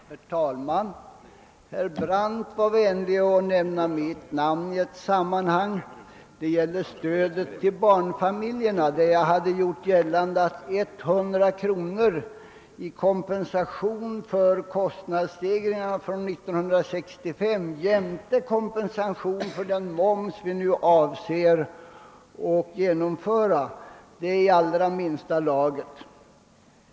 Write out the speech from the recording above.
Herr talman! Herr Brandt var vänlig att nämna mitt namn i sammanhang med stödet till. barnfamiljerna därför att jag hade gjort gällande att 100 kr. i kompensation för kostnadsstegringarna från 1965 jämte kompensation för den moms vi nu avser att höja är i allra minsta laget.